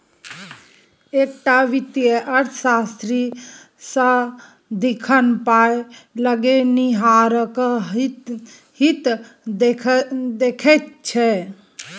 एकटा वित्तीय अर्थशास्त्री सदिखन पाय लगेनिहारक हित देखैत छै